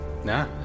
Nah